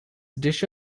dish